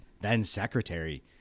then-secretary